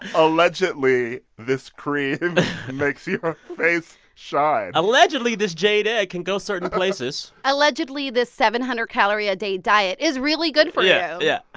allegedly, this cream makes your face shine allegedly, this jade egg can go certain places allegedly, this seven hundred calorie a day diet is really good for you yeah.